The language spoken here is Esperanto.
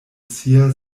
sia